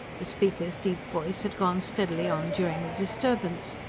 the speaker's deep voice had gone steadily on during the disturbance.